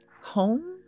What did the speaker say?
home